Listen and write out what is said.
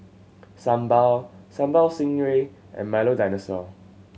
sambal Sambal Stingray and Milo Dinosaur